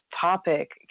topic